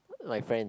my friend